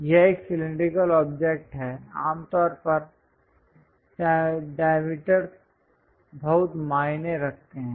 यह एक cylindrical object है आमतौर पर डायमीटरस् बहुत मायने रखते हैं